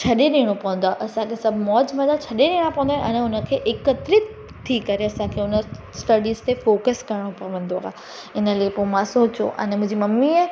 छॾे ॾियणो पवंदो आहे असांजो सभु मौज मलोज छॾे ॾियणा पवंदा आहिनि ऐं उन खे एकत्रित थी करे असांखे स्टडिस ते फोकस करिणो पवंदो आहे पोइ मां सोचियो अने मुंहिंजी ममी